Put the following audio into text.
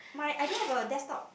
my I don't have a desktop